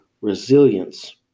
resilience